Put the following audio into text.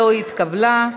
לא התקבלה.